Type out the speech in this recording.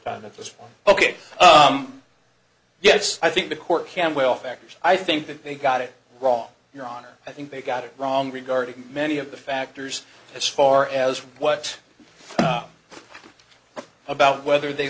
time that was ok yes i think the court can well factors i think that they got it wrong your honor i think they got it wrong regarding many of the factors as far as what up about whether they